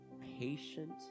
patient